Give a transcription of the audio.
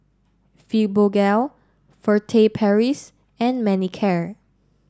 Fibogel Furtere Paris and Manicare